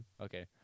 Okay